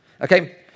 Okay